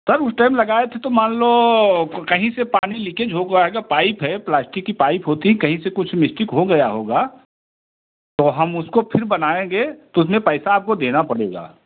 sir उस time लगाए थे तो मान लो कहीं से पानी लीकेज हो गया होगा पाइप है प्लास्टिक की पाइप होती है कहीं से कुछ मिस्टिक हो गया होगा तो हम उसको फिर बनाएँगे तो उसमें पैसा आपको देना पड़ेगा